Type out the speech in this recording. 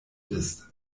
ist